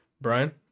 brian